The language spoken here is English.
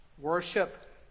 Worship